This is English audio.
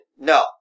No